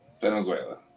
Venezuela